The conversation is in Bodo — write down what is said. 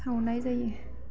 सावनाय जायो